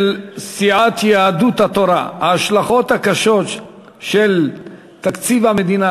של סיעת יהדות התורה: ההשלכות הקשות של תקציב המדינה